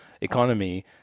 economy